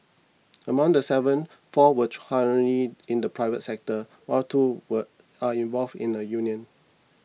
among the seven four were currently in the private sector while two were are involved in the union